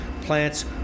plants